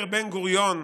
אומר בן-גוריון,